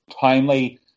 timely